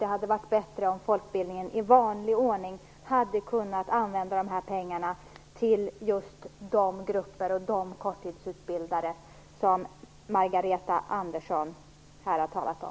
Det hade varit bättre om folkbildningen i vanlig ordning hade kunnat använda pengarna till just de grupper och de korttidsutbildade som Margareta Andersson här har talat om.